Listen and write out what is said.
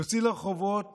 יוצאים לרחובות